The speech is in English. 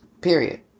Period